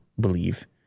believe